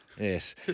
Yes